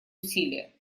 усилия